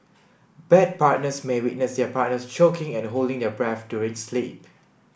bed partners may witness their partners choking and holding their breath during sleep